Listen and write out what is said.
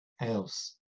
else